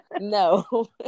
no